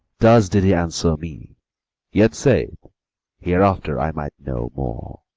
thus did he answer me yet said hereafter i might know more.